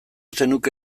zenuke